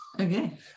Okay